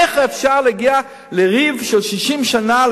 איך אפשר להגיע לריב של 60 שנה,